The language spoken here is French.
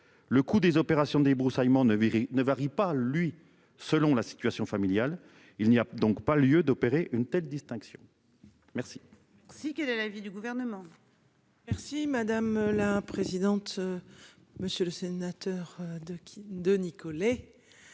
Le coût des opérations débroussaillement ne ne varie pas lui selon la situation familiale. Il n'y a donc pas lieu d'opérer une telle distinction. Merci. Si, quel est l'avis du gouvernement. Merci madame. La présidente. Monsieur le sénateur, de qui.